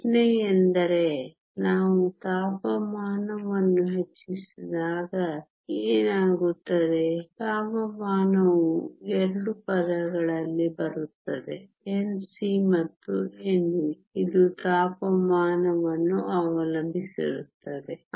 ಪ್ರಶ್ನೆಯೆಂದರೆ ನಾವು ತಾಪಮಾನವನ್ನು ಹೆಚ್ಚಿಸಿದಾಗ ಏನಾಗುತ್ತದೆ ತಾಪಮಾನವು 2 ಪದಗಳಲ್ಲಿ ಬರುತ್ತದೆ Nc ಮತ್ತು Nv ಇದು ತಾಪಮಾನವನ್ನು ಅವಲಂಬಿಸಿರುತ್ತದೆ